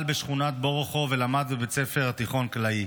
בשכונת בורוכוב ולמד בבית ספר התיכון קלעי.